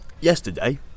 Yesterday